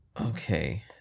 Okay